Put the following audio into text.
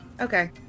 okay